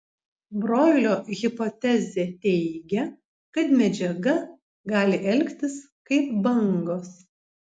broilio hipotezė teigia kad medžiaga gali elgtis kaip bangos